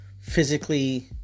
physically